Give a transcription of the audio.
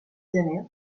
gener